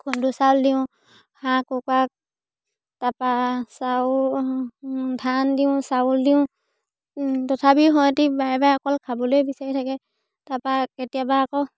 খুন্দু চাউল দিওঁ হাঁহ কুকুৰাক তাৰপা চাউল ধান দিওঁ চাউল দিওঁ তথাপিও সিহঁতি বাৰে বাৰে অকল খাবলে বিচাৰি থাকে তাপা কেতিয়াবা আকৌ